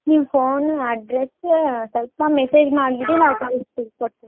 ನೀವು phone address ಸ್ವಲ್ಪ message ಮಾಡಿಬಿಡಿ ನಾವು ಕಳಿಸ್ತೀವಿ ಕೊಡ್ತೀವಿ